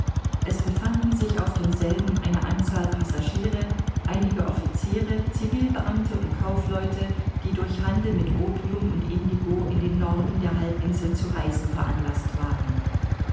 es befanden sich auf demselben eine anzahl passagiere einige officiere civilbeamte und kaufleute die durch handel mit opium und indigo in den norden der halbinsel zu reisen veranlaßt waren